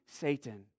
Satan